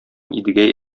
идегәй